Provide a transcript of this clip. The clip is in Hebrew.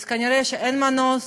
אז כנראה אין מנוס,